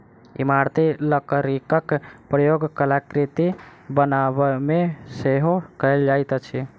इमारती लकड़ीक उपयोग कलाकृति बनाबयमे सेहो कयल जाइत अछि